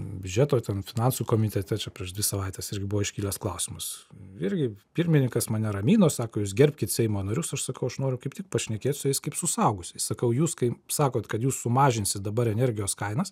biudžeto ten finansų komitete čia prieš dvi savaites irgi buvo iškilęs klausimas irgi pirmininkas mane ramino sako jūs gerbkit seimo narius aš sakau aš noriu kaip tik pašnekėt su jais kaip su suaugusiais sakau jūs kai sakot kad jūs sumažinsit dabar energijos kainas